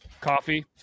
Coffee